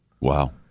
Wow